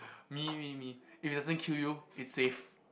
me me me if it doesn't kill you it's safe